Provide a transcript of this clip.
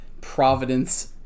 Providence